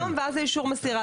סירב לחתום - אז זה אישור מסירה.